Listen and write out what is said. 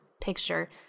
picture